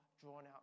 drawn-out